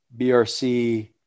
BRC